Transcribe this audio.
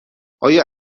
آیا